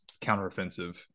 counteroffensive